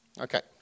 Okay